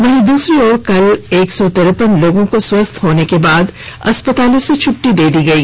वहीं दूसरी ओर कल एक र्सौ तिरपन लोगों को स्वस्थ होने के बाद अस्पतालों से छुट्टी दे दी गई